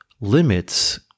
Limits